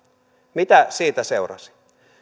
mitä siitä seurasi